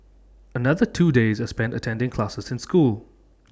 another two days are spent attending classes in school